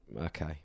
okay